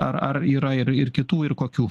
ar ar yra ir ir kitų ir kokių